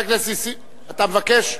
אתה מבקש?